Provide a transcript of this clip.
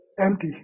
empty